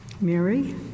Mary